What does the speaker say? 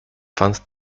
found